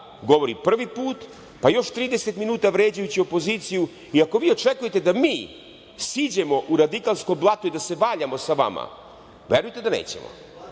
govori prvi put, pa još 30 minuta vređajući opoziciju i ako vi očekujete da mi siđemo u radikalsko blato i da se valjamo sa vama, verujte da nećemo. Moram